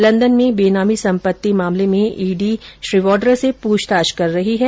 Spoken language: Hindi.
लंदन में बेनामी संपत्ति मामले में ईडी वाड़ा से प्रछताछ कर रही है